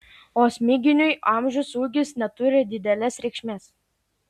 o smiginiui amžius ūgis neturi didelės reikšmės